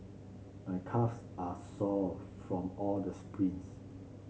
my calves are sore from all the sprints